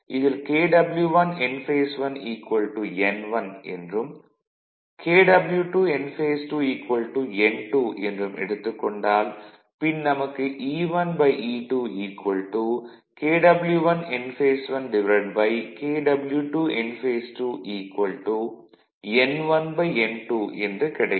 இதில் Kw1 Nph1 N1 என்றும் Kw2 Nph2 N2 என்றும் எடுத்துக் கொண்டால் பின் நமக்கு E1 E2 Kw1 Nph1 Kw2 Nph2 N1 N2 என்று கிடைக்கும்